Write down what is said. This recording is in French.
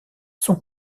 son